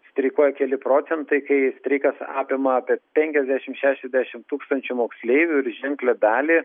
streikuoja keli procentai kai streikas apima apie penkiasdešimt šešiasdešimt tūkstančių moksleivių ir ženklią dalį